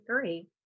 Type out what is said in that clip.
three